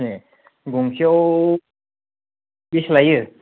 एह गंसेयाव बेसे लायो